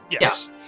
Yes